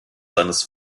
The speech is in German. seines